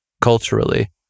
culturally